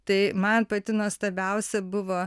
tai man pati nuostabiausia buvo